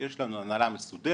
יש לנו הנהלה מסודרת,